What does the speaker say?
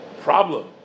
problem